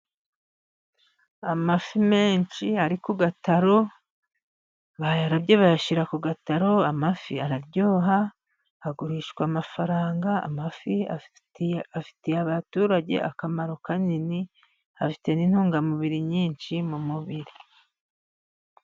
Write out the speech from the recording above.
Amafi menshi ari ku gataro, bayarobye bayashyira ku gataro, amafi araryoha, agurishwa amafaranga, amafi afitiye abaturage akamaro kanini, afite n'intungamubiri nyinshi mu mubiri.